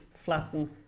flatten